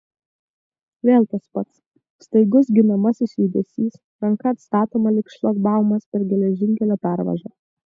vėl tas pats staigus ginamasis judesys ranka atstatoma lyg šlagbaumas per geležinkelio pervažą